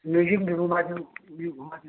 museum भी घुमा देओ भी घुमा देना